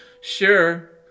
Sure